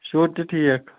شُرۍ تہِ ٹھیٖک